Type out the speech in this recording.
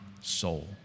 soul